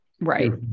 Right